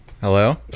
Hello